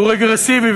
והוא רגרסיבי.